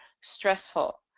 stressful